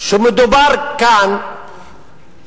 שבפגיעה הזאת מדובר לא רק